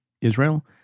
Israel